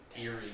eerie